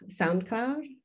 SoundCloud